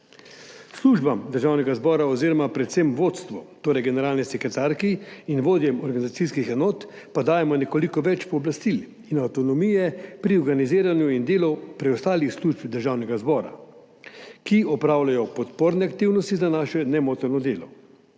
Službam Državnega zbora oziroma predvsem vodstvu, torej generalni sekretarki in vodjem organizacijskih enot, pa dajemo nekoliko več pooblastil in avtonomije pri organiziranju in delu preostalih služb Državnega zbora, ki opravljajo podporne aktivnosti za naše nemoteno delo.